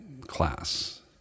class